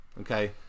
okay